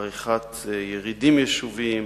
עריכת ירידים יישוביים